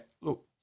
look